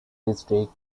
district